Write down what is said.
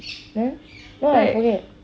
eh no I forget